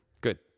Good